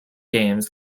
games